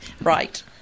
Right